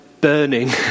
burning